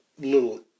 little